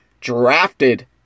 drafted